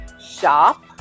shop